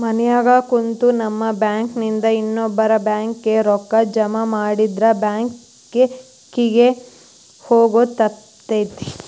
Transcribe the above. ಮನ್ಯಾಗ ಕುಂತು ನಮ್ ಬ್ಯಾಂಕ್ ನಿಂದಾ ಇನ್ನೊಬ್ಬ್ರ ಬ್ಯಾಂಕ್ ಕಿಗೆ ರೂಕ್ಕಾ ಜಮಾಮಾಡಿದ್ರ ಬ್ಯಾಂಕ್ ಕಿಗೆ ಹೊಗೊದ್ ತಪ್ತೆತಿ